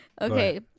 Okay